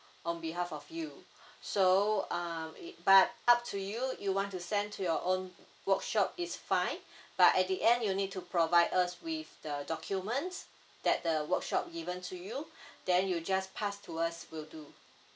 on behalf of you so uh it but up to you you want to send to your own workshop is fine but at the end you need to provide us with the documents that the workshop given to you then you just pass to us will do